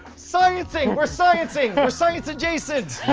sciencing! we're sciencing, we're science adjacent!